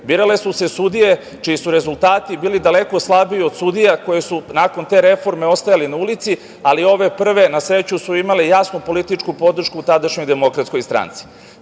Birale su se sudije čiji su rezultati bili daleko slabiji od sudija koje su nakon te reforme ostajali na ulici, ali ove prve, na sreću, su imale jasnu političku podršku tadašnjoj DS. Te sudije